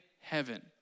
heaven